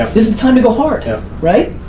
this is time to go hard, right?